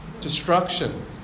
Destruction